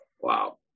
Wow